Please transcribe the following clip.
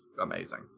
amazing